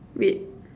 wait